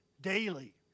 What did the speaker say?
daily